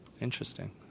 interesting